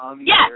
Yes